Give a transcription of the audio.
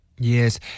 Yes